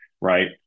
right